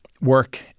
work